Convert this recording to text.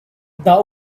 the